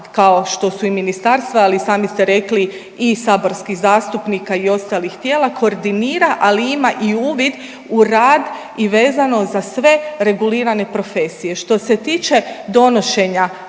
kao što su i ministarstva, ali sami ste rekli i saborskih zastupnika i ostalih tijela koordinira, ali ima i uvid u rad i vezano za sve regulirane profesije. Što se tiče donošenja